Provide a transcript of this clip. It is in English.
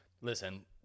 Listen